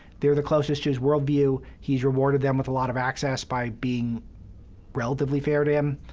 they're the closest to his worldview. he's rewarded them with a lot of access by being relatively fair to him.